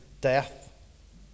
death